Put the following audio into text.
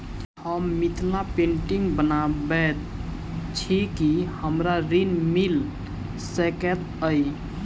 हम मिथिला पेंटिग बनाबैत छी की हमरा ऋण मिल सकैत अई?